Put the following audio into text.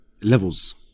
levels